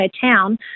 town